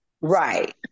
Right